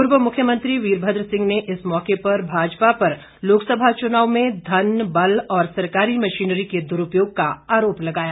पूर्व मुख्यमंत्री वीरभद्र सिंह ने इस मौके पर भाजपा पर लोकसभा चुनाव में धन बल और सरकारी मशीनरी के दुरूपयोग का आरोप लगाया